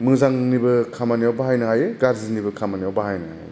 मोजांनिबो खामानियाव बाहायनो हायो गाज्रिनिबो खामानियाव बाहायनो हाय